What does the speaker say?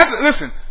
Listen